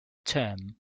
term